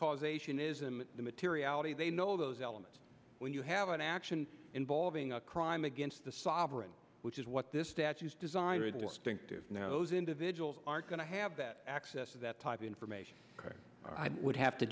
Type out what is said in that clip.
causation is in the materiality they know those elements when you have an action involving a crime against the sovereign which is what this statue is designed now those individuals are going to have that access to that type of information i would have to